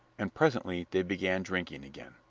and presently they began drinking again.